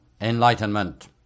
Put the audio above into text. enlightenment